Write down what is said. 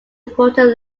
important